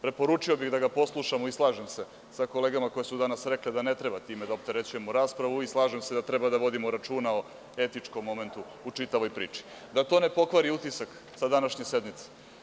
Preporučio bih da ga poslušamo i slažem se sa kolegama koje su danas rekle da ne treba time da opterećujemo raspravu i slažem se da treba da vodimo računa o etičkom momentu u čitavoj priči, da to ne pokvari utisak sa današnje sednice.